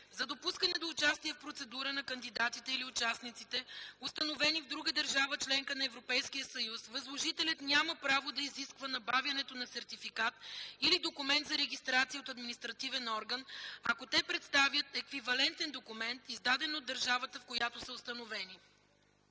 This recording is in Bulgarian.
За допускане до участие в процедура на кандидатите или участниците, установени в друга държава – членка на Европейския съюз, възложителят няма право да изисква набавянето на сертификат или документ за регистрация от административен орган, ако те представят еквивалентен документ, издаден от държавата, в която са установени”.”